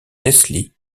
leslie